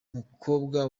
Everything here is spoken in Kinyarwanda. mukobwa